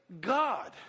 God